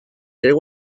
there